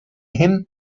him